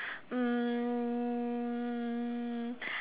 um